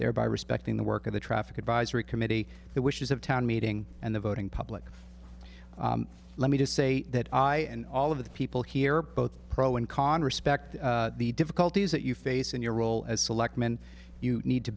there by respecting the work of the traffic advisory committee the wishes of town meeting and the voting public let me just say that i and all of the people here both pro and con respect the difficulties that you face in your role as selectman you need to